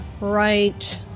right